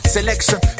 Selection